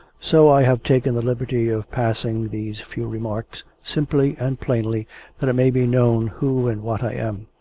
so i have taken the liberty of passing these few remarks, simply and plainly that it may be known who and what i am.